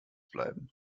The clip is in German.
bleiben